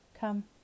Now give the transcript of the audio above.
Come